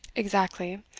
exactly.